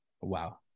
Wow